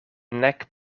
nek